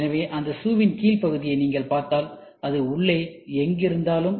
எனவே அந்த ஷூவின் கீழ் பகுதியை நீங்கள் பார்த்தால் அது உள்ளே எங்கிருந்தாலும்